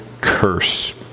curse